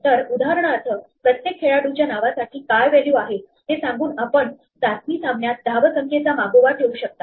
तर उदाहरणार्थ प्रत्येक खेळाडूच्या नावासाठी काय व्हॅल्यू आहे हे सांगून आपण चाचणी सामन्यात धावसंख्येचा मागोवा ठेवू शकता